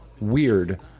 weird